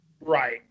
Right